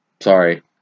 Sorry